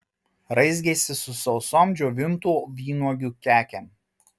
raizgėsi su sausom džiovintų vynuogių kekėm